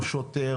שוטר